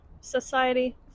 society